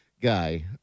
guy